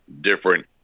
different